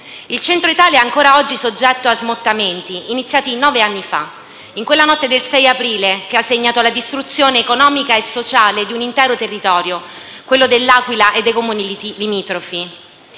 Il Centro Italia è ancora oggi soggetto a smottamenti, iniziati nove anni fa, in quella notte del 6 aprile che ha segnato la distruzione economica e sociale di un intero territorio, quello di L'Aquila e dei Comuni limitrofi.